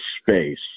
space